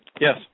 Yes